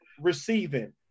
receiving